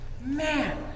man